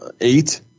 eight